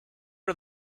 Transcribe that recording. are